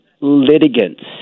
litigants